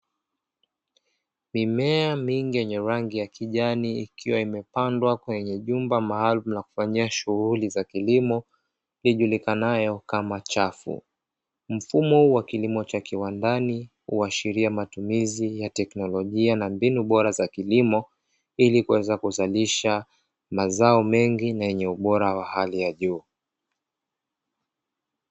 Mimea mingi yenya rangi ya kijani ikiwa imepandwa kwenye jumba maalumu la kufanyia shughuli za kilimo, ijulikanayo kama chafu. Mfumo wa kilimo cha kiwandani huashiria matumizi ya teknolojia na mbinu bora za kilimo ili kuweza kuzalisha mazao mengi na yenye ubora wa hali ya juu.